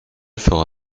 fera